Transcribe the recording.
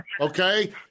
Okay